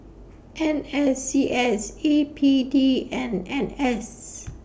N S C S A P D and N S